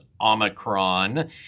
Omicron